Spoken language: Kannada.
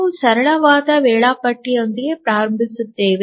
ನಾವು ಸರಳವಾದ ವೇಳಾಪಟ್ಟಿಯೊಂದಿಗೆ ಪ್ರಾರಂಭಿಸುತ್ತೇವೆ